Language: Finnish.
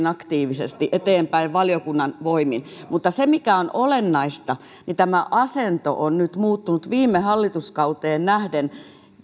aktiivisesti eteenpäin valiokunnan voimin mutta se mikä on olennaista tämä asento on nyt muuttunut viime hallituskauteen nähden